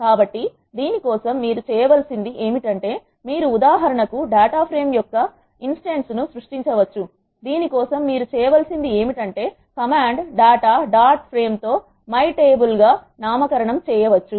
కాబట్టి దీని కోసం మీరు చేయవలసినది ఏమిటంటే మీరు ఉదాహరణకు డేటా ప్రేమ్ యొక్క ను ఇన్స్టాన్స్ ను సృష్టించవచ్చు కాబట్టి దీని కోసం మీరు చేయవలసినది ఏమిటంటే కమాండ్ data dot frame తో my table గా నామకరణం చేయవచ్చు